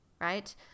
Right